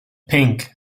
pink